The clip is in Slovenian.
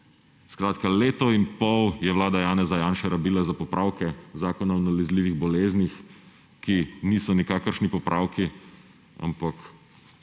Skratka, leto in pol je vlada Janeza Janše rabila za popravke Zakona o nalezljivih boleznih, ki niso nikakršni popravki, ampak